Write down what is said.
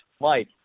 Mike